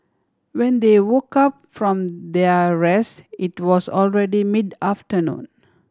when they woke up from their rest it was already mid afternoon